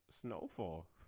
Snowfall